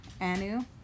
Anu